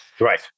Right